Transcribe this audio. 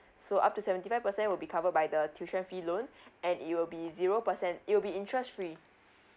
so up to seventy percent will be covered by the tuition fee loan and it will be zero percent it will be interest free